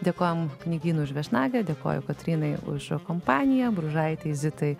dėkojam knygynui už viešnagę dėkoju kotrynai už kompaniją bružaitei zitai